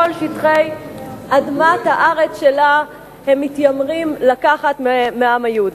כל שטחי אדמת הארץ שהם מתיימרים לקחת מהעם היהודי.